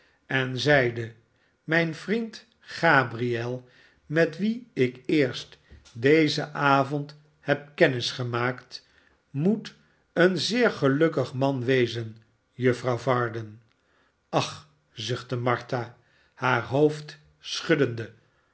en zeide mijn vriend gabriel met wien ik eerst dezen avond heb kennis gemaakt moet een zeer gelukkig man wezen juffrouw varden ach zuchtte martha haar hoofd schuddende